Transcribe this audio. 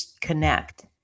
connect